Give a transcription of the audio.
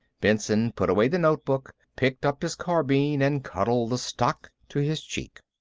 benson put away the notebook, picked up his carbine, and cuddled the stock to his cheek.